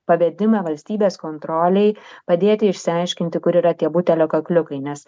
pavedimą valstybės kontrolei padėti išsiaiškinti kur yra tie butelio kakliukai nes